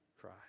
cry